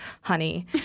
honey